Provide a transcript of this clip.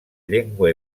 llengua